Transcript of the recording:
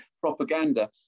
propaganda